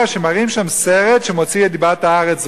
שמראים שם סרט שמוציא את דיבת הארץ רעה,